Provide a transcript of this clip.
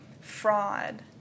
fraud